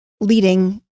leading